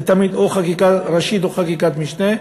זה תמיד או חקיקה ראשית או חקיקת משנה.